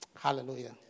Hallelujah